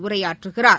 உரையாற்றுகிறார்